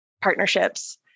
partnerships